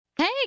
Hey